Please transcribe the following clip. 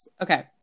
okay